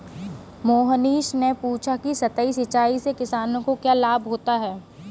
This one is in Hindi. मोहनीश ने पूछा कि सतही सिंचाई से किसानों को क्या लाभ होता है?